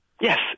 Yes